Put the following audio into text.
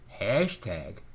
hashtag